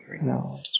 No